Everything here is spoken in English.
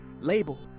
label